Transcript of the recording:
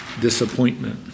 disappointment